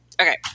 Okay